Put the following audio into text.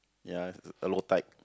ya a a low type